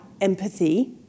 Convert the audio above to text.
empathy